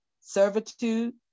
servitude